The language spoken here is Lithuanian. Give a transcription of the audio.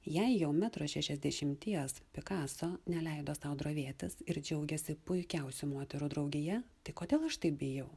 jei jau metro šešiasdešimties pikaso neleido sau drovėtis ir džiaugėsi puikiausių moterų draugija tai kodėl aš taip bijau